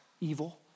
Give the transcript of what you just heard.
Evil